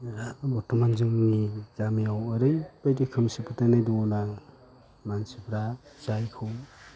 बरथ'मान जोंनि गामियाव ओरैबायदि खोमसि फोथायनाय दङ ना मानसिफ्रा जायखौ